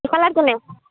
colour কেনে